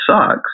sucks